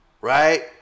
right